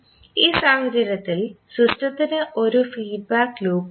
ഈ സാഹചര്യത്തിൽ സിസ്റ്റത്തിന് ഒരു ഫീഡ്ബാക്ക് ലൂപ്പും ഉണ്ട്